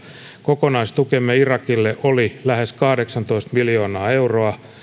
kokonaistukemme irakille oli lähes kahdeksantoista miljoonaa euroa